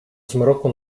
zmroku